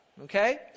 Okay